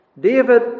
David